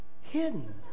hidden